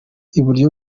iburyo